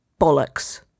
Bollocks